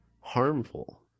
Harmful